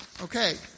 Okay